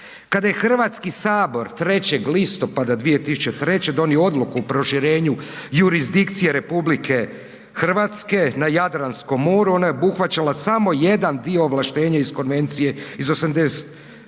Kada je HS 3. listopada 2003. donio odluku o proširenju jurisdikcije RH na Jadranskom moru, ona je obuhvaćala samo jedan dio ovlaštenja iz Konvencije iz 82.,